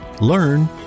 learn